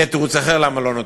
יהיה תירוץ אחר למה לא נותנים,